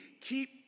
Keep